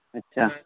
ᱟᱪᱪᱷᱟ